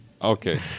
Okay